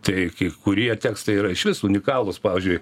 tai kai kurie tekstai yra išvis unikalūs pavyzdžiui